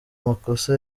makosa